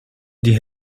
die